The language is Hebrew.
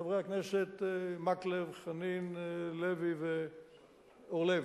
חברי הכנסת מקלב, חנין, לוי ואורלב,